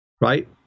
right